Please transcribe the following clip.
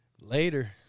Later